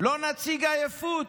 לא נציג עייפות,